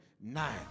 Nine